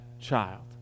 child